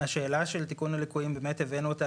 השאלה של תיקון הליקויים באמת הבאנו אותה